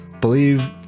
believe